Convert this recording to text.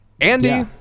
Andy